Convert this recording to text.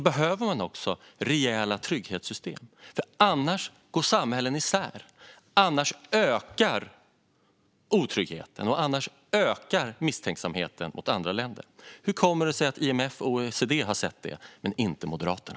Utan dessa trygghetssystem går samhällen isär, och otryggheten och misstänksamheten mot andra länder ökar. Hur kommer det sig att IMF och OECD har sett detta men inte Moderaterna?